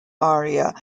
aria